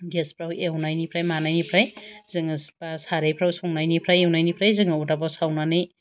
गेसफोराव एवनायनिफ्राय मानायनिफ्राय जोङो एबा सारायफोराव संनायनिफ्राय एवनायनिफ्राय जोङो अरदाबाव सावनानै